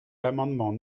l’amendement